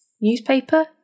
newspaper